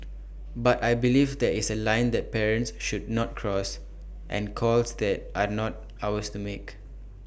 but I believe there is A line that parents should not cross and calls that are not ours to make